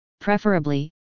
preferably